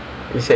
video